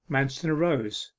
manston arose,